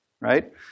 Right